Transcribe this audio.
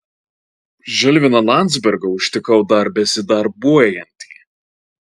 žilviną landzbergą užtikau dar besidarbuojantį